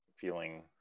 feeling